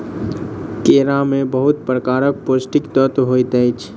केरा में बहुत प्रकारक पौष्टिक तत्व होइत अछि